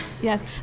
Yes